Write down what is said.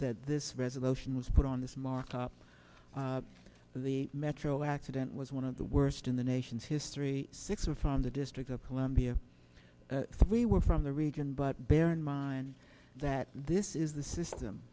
this resolution was put on this markup of the metro accident was one of the worst in the nation's history six of the district of columbia three were from the region but bear in mind that this is the system